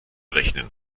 rechnen